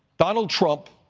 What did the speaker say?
donald trump,